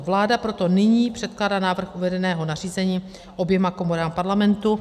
Vláda proto nyní předkládá návrh uvedeného nařízení oběma komorám Parlamentu.